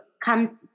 come